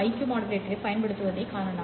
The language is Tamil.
க்யூ மாடுலேட்டரைப் பயன்படுத்துவதைக் காணலாம்